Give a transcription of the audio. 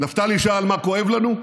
נפתלי שאל מה כואב לנו.